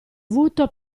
avuto